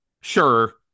sure